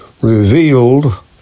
revealed